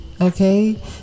Okay